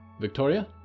Victoria